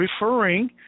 referring